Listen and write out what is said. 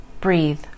Breathe